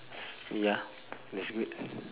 ya that's good